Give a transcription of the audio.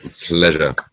Pleasure